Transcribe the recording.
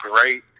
great